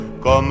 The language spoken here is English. Comme